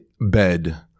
bed